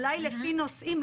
אולי לפי נושאים,